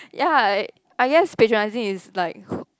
ya I I guess patronising is like